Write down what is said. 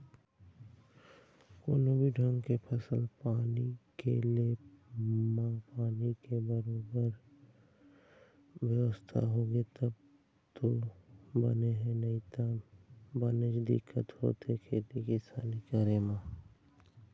कोनो भी ढंग के फसल पानी के ले म पानी के बरोबर बेवस्था होगे तब तो बने हे नइते बनेच दिक्कत होथे खेती किसानी करे म